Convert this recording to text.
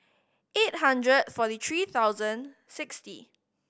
eight hundred forty three thousand sixty